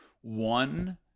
One